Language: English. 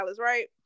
right